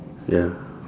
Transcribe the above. ya